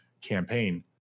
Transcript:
campaign